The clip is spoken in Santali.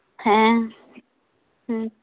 ᱦᱮᱸᱻ ᱦᱮᱸ